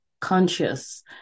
conscious